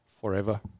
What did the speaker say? forever